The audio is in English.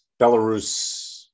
Belarus